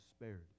spared